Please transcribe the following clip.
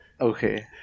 Okay